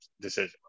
decision